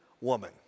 woman